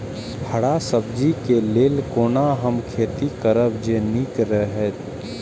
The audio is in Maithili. हरा सब्जी के लेल कोना हम खेती करब जे नीक रहैत?